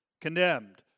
condemned